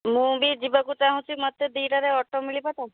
ମୁଁ ବି ଯିବାକୁ ଚାହୁଁଛି ମୋତେ ଦୁଇଟାରେ ଅଟୋ ମିଳିବ ତ